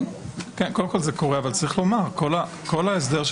זה קורה אבל צריך לומר שכל ההסדר של